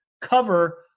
cover